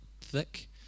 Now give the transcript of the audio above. thick